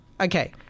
Okay